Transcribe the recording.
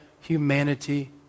humanity